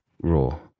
Raw